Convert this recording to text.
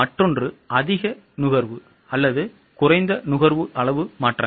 மற்றொன்று அதிக நுகர்வு அல்லது குறைந்த நுகர்வு அளவு மாற்றங்கள்